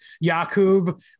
Yakub